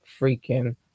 freaking